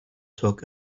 took